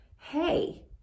hey